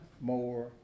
more